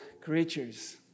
creatures